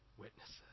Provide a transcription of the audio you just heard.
witnesses